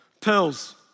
Pills